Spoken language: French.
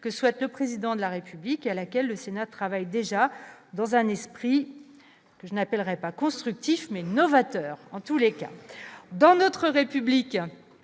que souhaite le président de la République et à laquelle le Sénat travaillent déjà dans un esprit je n'appellerai pas constructif mais novateur en tous les cas dans notre République,